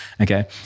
okay